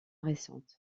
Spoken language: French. récentes